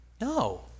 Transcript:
No